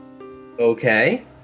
Okay